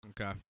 Okay